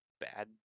Bad